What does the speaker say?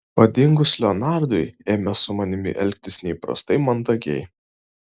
o dingus leonardui ėmė su manimi elgtis neįprastai mandagiai